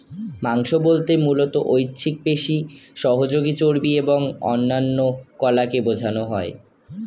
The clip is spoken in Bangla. মাংস বলতে মূলত ঐচ্ছিক পেশি, সহযোগী চর্বি এবং অন্যান্য কলাকে বোঝানো হয়